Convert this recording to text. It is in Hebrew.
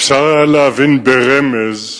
אפשר היה להבין ברמז,